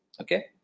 Okay